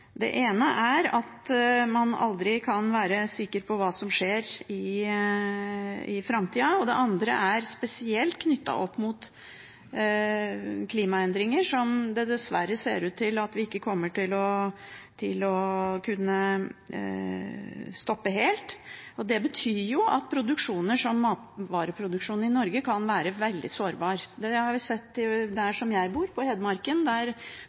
Det ene er at man aldri kan være sikker på hva som skjer i framtida, og det andre er spesielt knyttet opp mot klimaendringer, som det dessverre ser ut til at vi ikke kommer til å kunne stoppe helt. Det betyr at produksjoner som matvareproduksjonen i Norge kan være veldig sårbare. Det har vi sett der hvor jeg bor, på Hedmarken, der